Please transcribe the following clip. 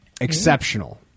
Exceptional